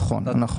נכון, נכון.